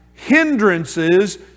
Hindrances